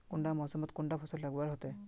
कुंडा मोसमोत कुंडा फसल लगवार होते?